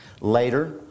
Later